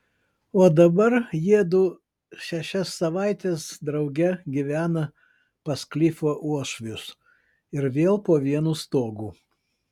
o dabar jiedu šešias savaites drauge gyvena pas klifo uošvius ir vėl po vienu stogu